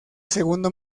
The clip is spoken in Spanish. segundo